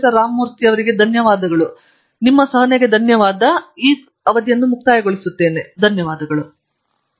ರಾಮಮೂರ್ತಿ ಮತ್ತು ನನ್ನ ಸಹೋದ್ಯೋಗಿಗಳಿಗೆ ಈ ಸ್ಲೈಡ್ಗಳಿಗಾಗಿ ಕೆಲವು ಪಾಯಿಂಟರ್ಗಳೊಂದಿಗೆ ನನಗೆ ಸಹಾಯ ಮಾಡಿದಕ್ಕೆ ನಾನು ಧನ್ಯವಾದ ಹೇಳುತ್ತೇನೆ